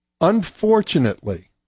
Unfortunately